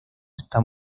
está